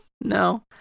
No